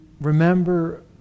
remember